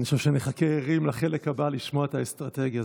אני חושב שנחכה ערים לחלק הבא לשמוע על האסטרטגיה.